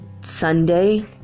Sunday